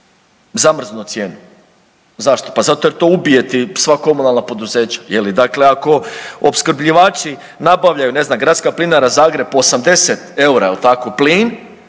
zamrznuo cijenu. Zašto? Pa zato jer to ubije ti sva komunalna poduzeća, je li, dakle, ako opskrbljivači nabavljaju, ne znam, Gradska plinara Zagreb po 80 eura, je li tako, plin,